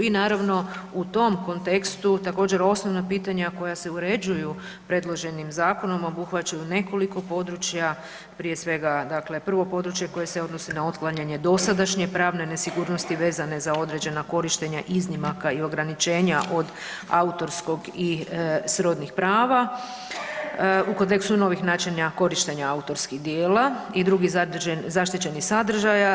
I naravno u tom kontekstu također osnovna pitanja koja se uređuju predloženim zakonom obuhvaćaju nekoliko područja, prije svega dakle prvo područje koje se odnosi na otklanjanje dosadašnje pravne nesigurnosti vezane za određena korištenja iznimaka i ograničenja od autorskog i srodnih prava u kontekstu novih načina korištenja autorskih dijela i drugih zaštićenih sadržaja.